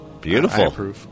beautiful